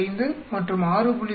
825 மற்றும் 6